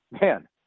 man